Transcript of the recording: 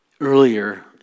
Earlier